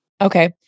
Okay